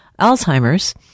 Alzheimer's